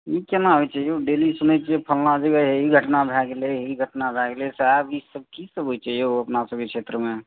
ई केना होइ छै यौ डेली सुनै छियै फलना जगह ई घटना भय गेलै ई घटना भय गेलै साहेब ई सभ की सभ होइ छै यौ अपना सभके क्षेत्रमे